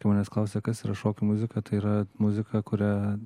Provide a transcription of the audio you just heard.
žmonės klausia kas yra šokių muzika tai yra muzika kuria